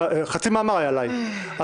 חצי מאמר היה עליי.